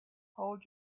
hold